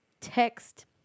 text